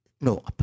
no